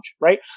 right